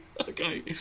Okay